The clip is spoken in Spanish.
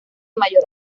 mayor